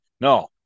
No